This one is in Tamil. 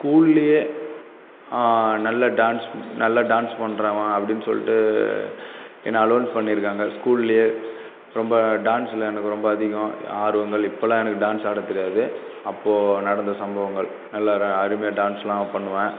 ஸ்கூல்லில் நல்ல டான்ஸ் நல்ல டான்ஸ் பண்ணுறவன் அப்படின்னு சொல்லிட்டு என்ன அலோன்ஸ் பண்ணியிருக்காங்க ஸ்கூல்லியே ரொம்ப டான்சில் எனக்கு ரொம்ப அதிகம் ஆர்வங்கள் இப்பலாம் எனக்கு டான்ஸ் ஆடத் தெரியாது அப்போது நடந்த சம்பவங்கள் நல்ல அருமையாக டான்ஸ்லாம் பண்ணுவேன்